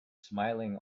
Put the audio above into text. smiling